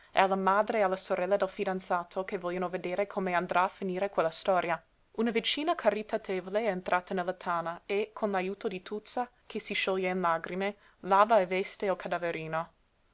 e alla madre e alla sorella del fidanzato che vogliono vedere come andrà a finire quella storia una vicina caritatevole è entrata nella tana e con l'ajuto di tuzza che si scioglie in lagrime lava e veste il cadaverino